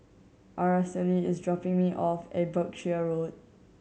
Aracely is dropping me off at Berkshire Road